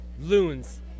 loons